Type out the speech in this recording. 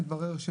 אבל מתברר,